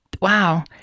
Wow